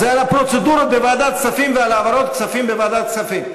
זה על הפרוצדורות בוועדת כספים ועל העברות כספים בוועדת כספים.